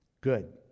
Good